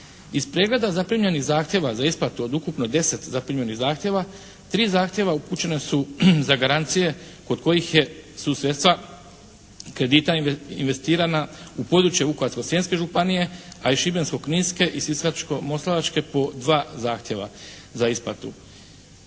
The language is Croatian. Iz pregleda zaprimljenih zahtjeva za isplatu od ukupno 10 zaprimljenih zahtjeva 3 zahtjeva upućeni su za garancije za kojih je, su sredstva kredita investirana u područje Vukovarsko-srijemske županije, a i Šibensko-kninske i Sisačko-moslavačke po dva zahtjeva za isplatu.